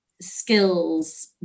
skills